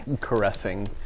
caressing